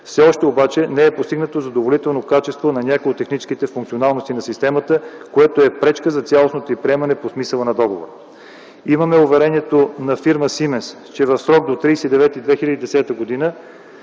все още обаче не е постигнато задоволително качество на някои от техническите функционалности на системата, което е пречка за цялостното й приемане по смисъла на договора. Имаме уверението на фирма „Сименс”, че в срок до 30.09.2010 г.